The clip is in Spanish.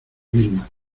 vilma